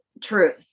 truth